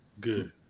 Good